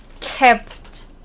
kept